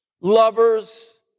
Lovers